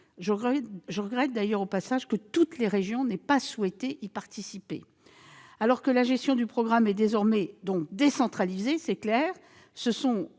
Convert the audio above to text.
Je regrette d'ailleurs que toutes les régions n'aient pas souhaité y participer. Alors que la gestion du programme est désormais décentralisée, le